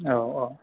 औ औ